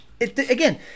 Again